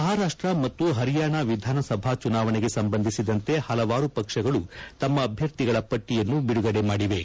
ಮಹಾರಾಷ್ಟ ಮತ್ತು ಹರಿಯಾಣ ವಿಧಾನಸಭಾ ಚುನಾವಣೆಗೆ ಸಂಬಂಧಿಸಿದಂತೆ ಹಲವಾರು ಪಕ್ಷಗಳು ತಮ್ಮ ಅಭ್ಯರ್ಥಿಗಳ ಪಟ್ಷಿಯನ್ನು ಬಿಡುಗಡೆ ಮಾಡಿವೆ